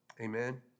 Amen